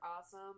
awesome